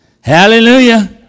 Hallelujah